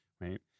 right